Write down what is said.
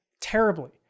Terribly